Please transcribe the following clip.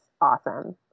awesome